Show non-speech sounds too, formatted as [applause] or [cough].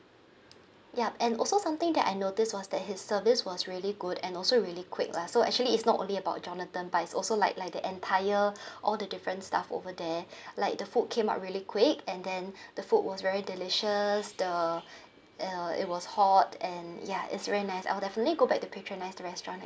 yup and also something that I noticed was that his service was really good and also really quick lah so actually is not only about jonathan but it's also like like the entire [breath] all the different staff over there [breath] like the food came out really quick and then [breath] the food was very delicious the [breath] uh it was hot and ya it's very nice I'll definitely go back to patronise the restaurant